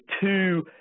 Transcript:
two